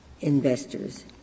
investors